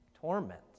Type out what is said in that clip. torment